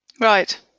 Right